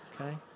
okay